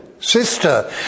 Sister